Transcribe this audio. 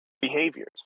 behaviors